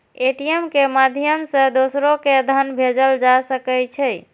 ATM के माध्यम सं दोसरो कें धन भेजल जा सकै छै